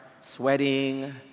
sweating